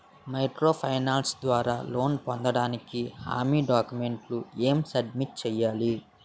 Micro finance ద్వారా loan పొందటానికి హామీ డాక్యుమెంట్స్ ఎం సబ్మిట్ చేయాలి?